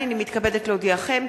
הנני מתכבדת להודיעכם,